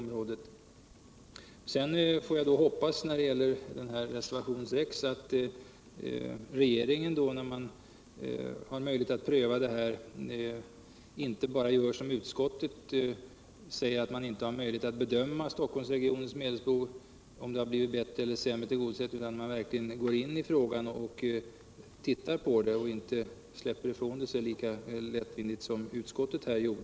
Vidare får jag hoppas när det gäller reservationen 6 24 maj 1978 att regeringen då den får möjlighet att pröva den där upptagna frågan inte bara som utskottet skall säga, att man inte har förutsättningar att bedöma om Stockholmsregionens medelsbehov blir bättre eller sämre tillgodosett, utan att man verkligen studerar frågan och inte släpper den ifrån sig lika lättvindigt som utskottet gjort.